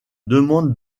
demande